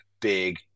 big